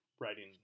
Writing